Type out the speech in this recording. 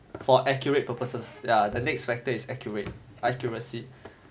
for accurate purposes ya the next factor is accurate accuracy